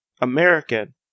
American